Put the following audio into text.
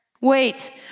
Wait